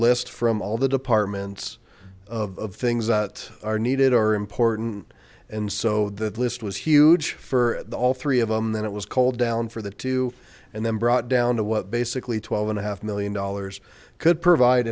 list from all the departments of things that are needed are important and so that list was huge for all three of them then it was cold down for the two and then brought down to what basically twelve and a half million dollars could provide